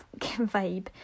vibe